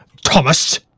Thomas